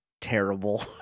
terrible